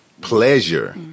Pleasure